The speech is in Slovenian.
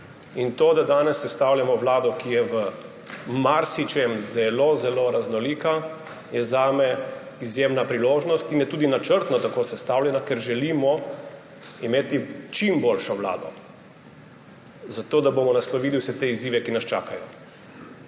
To, da danes sestavljamo vlado, ki je v marsičem zelo zelo raznolika, je zame izjemna priložnost in je tudi načrtno tako sestavljena, ker želimo imeti čim boljšo vlado, zato da bomo naslovili vse te izzive, ki nas čakajo.